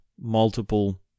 multiple